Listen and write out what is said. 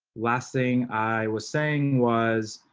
last thing i was saying was,